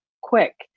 quick